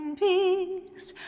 peace